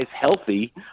healthy